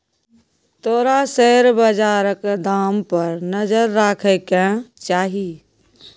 तोरा शेयर बजारक दाम पर नजर राखय केँ चाही